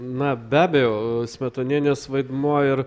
na be abejo smetonienės vaidmuo ir